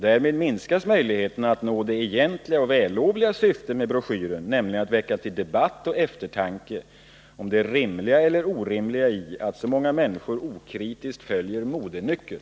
Därmed minskas möjligheterna att nå det egentliga och vällovliga syftet med broschyren, nämligen att väcka till debatt och eftertanke om det rimliga eller orimliga i att så många människor okritiskt följer modenycker.